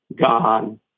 gone